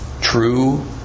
true